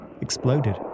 exploded